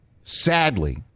sadly